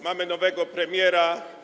Mamy nowego premiera.